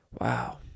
wow